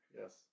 Yes